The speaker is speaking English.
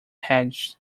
hedge